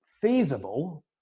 feasible